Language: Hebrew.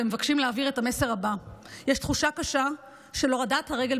והם מבקשים להעביר את המסר הבא: יש תחושה קשה של הורדת הרגל